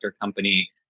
company